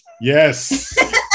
Yes